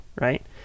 right